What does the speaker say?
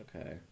Okay